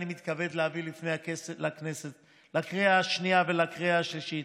אני מתכבד להביא לכנסת לקריאה השנייה ולקריאה השלישית